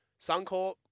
Suncorp